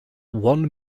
one